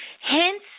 hence